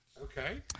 okay